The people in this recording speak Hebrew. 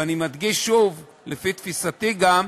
ואני מדגיש שוב, לפי תפיסתי גם,